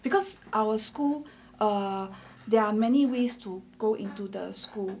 because our school err there are many ways to go into the school